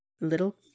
little